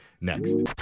next